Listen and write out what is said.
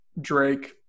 Drake